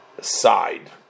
side